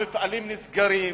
המפעלים נסגרים